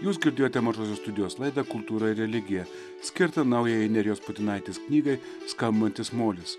jūs girdėjote mažosios studijos laidą kultūra ir religija skirtą naująjai nerijos putinaitės knygai skambantis molis